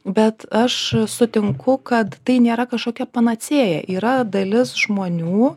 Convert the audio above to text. bet aš sutinku kad tai nėra kažkokia panacėja yra dalis žmonių